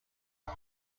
but